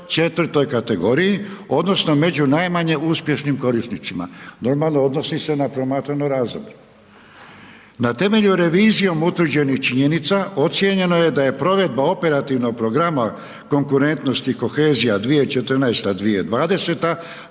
četvoroj kategoriji, odnosno, među najmanje uspješnim korisnicima. Normalno, odnosi se na promatrano razdoblje. Na temeljom revizijom utvrđenih činjenica, ocijenjeno je da je provedba operativnog programa konkurentnosti i kohezija 2014.-2020.